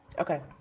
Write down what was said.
Okay